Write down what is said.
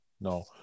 No